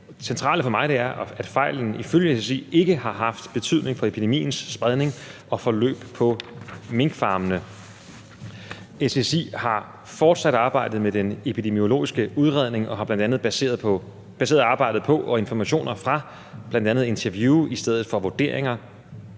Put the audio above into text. Det centrale for mig er, at fejlen ifølge SSI ikke har haft betydning for epidemiens spredning og forløb på minkfarmene. SSI har fortsat arbejdet med den epidemiologiske udredning og har baseret arbejdet på bl.a. informationer fra interview ud fra en